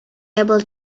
able